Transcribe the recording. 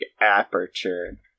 aperture